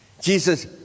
Jesus